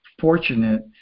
fortunate